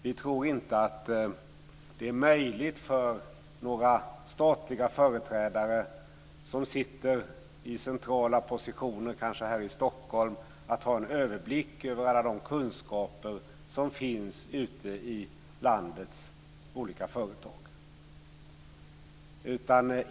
Vi tror inte att det är möjligt för några statliga företrädare som sitter i centrala positioner, kanske här i Stockholm, att ha en överblick över alla de kunskaper som finns ute i landets olika företag.